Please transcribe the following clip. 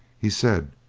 he said,